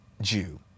Jew